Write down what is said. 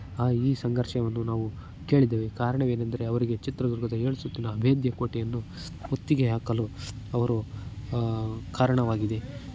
ಆ ಈ ಸಂಘರ್ಷವನ್ನು ನಾವು ಕೇಳಿದ್ದೇವೆ ಕಾರಣವೇನೆಂದರೆ ಅವರಿಗೆ ಚಿತ್ರದುರ್ಗದ ಏಳು ಸುತ್ತಿನ ಅಭೇದ್ಯ ಕೋಟೆಯನ್ನು ಮುತ್ತಿಗೆ ಹಾಕಲು ಅವರು ಕಾರಣವಾಗಿದೆ